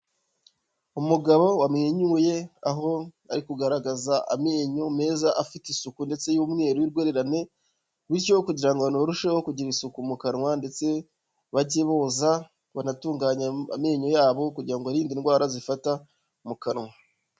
Umugabo wamwenyuye aho ari kugaragaza amenyo meza afite isuku ndetse y'umweru y'urwererane, bityo kugira ngo abantu barusheho kugira isuku mu kanwa ndetse bajye boza banatunganye amenyo yabo kugira ngo birinde indwara zifata mu kanwa.